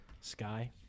Sky